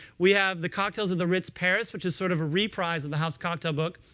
we have the cocktails of the ritz paris, which is sort of a reprise of the house cocktail book.